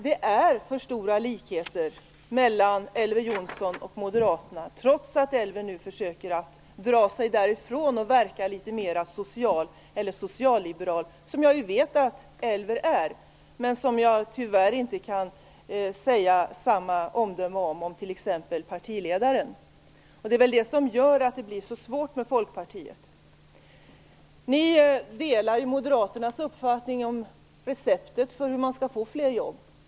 Det är för stora likheter mellan Elver Jonsson och Moderaterna, trots att Elver Jonsson nu försöker att dra sig därifrån och verka litet mer socialliberal. Det vet jag att Elver är, men jag kan tyvärr inte ge samma omdöme om t.ex. partiledaren. Det är därför det är så svårt med Folkpartiet. Ni delar ju Moderaternas uppfattning när det gäller receptet på hur man skall få fler jobb.